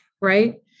Right